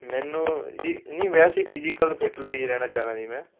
ਮੈਨੂੰ ਨੀ ਨੀ ਵੈਸੇ ਫਿਜੀਕਲ ਫਿਟ ਲਈ ਰਹਿਣਾ ਚਾਹੁੰਦਾ ਜੀ ਮੈਂ